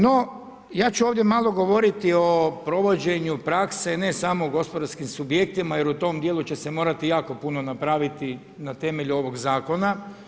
No, ja ću ovdje malo govoriti o provođenju prakse ne samo u gospodarskim subjektima jer u tom dijelu će se morati jako puno napraviti na temelju ovog Zakona.